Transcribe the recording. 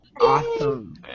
Awesome